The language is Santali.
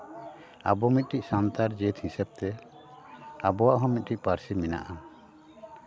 ᱟᱵᱚ ᱢᱤᱫᱴᱤᱡ ᱥᱟᱱᱛᱟᱲ ᱡᱟᱹᱛ ᱦᱤᱥᱟᱹᱵ ᱛᱮ ᱟᱵᱚᱣᱟᱜ ᱦᱚᱸ ᱢᱤᱫᱴᱤᱡ ᱯᱟᱹᱨᱥᱤ ᱢᱮᱱᱟᱜᱼᱟ